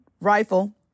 rifle